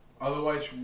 Otherwise